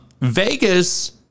Vegas